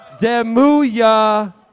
Demuya